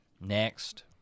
Next